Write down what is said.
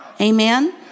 Amen